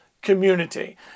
community